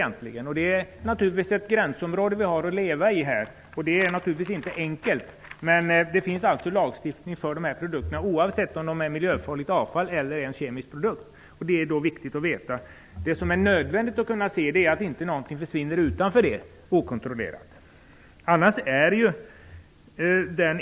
Vi måste leva med dessa gränsdragningar, och det är naturligtvis inte lätt. Men det finns lagstiftning som gäller dessa produkter oavsett om de utgör miljöfarligt avfall eller kemiska produkter, och det är viktigt att veta. Det är nödvändigt att se till att ingenting försvinner okontrollerat utanför detta område.